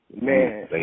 Man